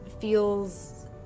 feels